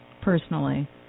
personally